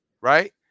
right